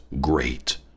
great